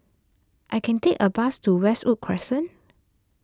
I can take a bus to Westwood Crescent